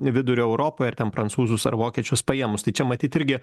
vidurio europoj ir ten prancūzus ar vokiečius paėmus tai čia matyt irgi